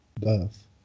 birth